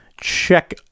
check